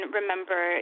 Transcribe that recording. remember